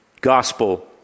gospel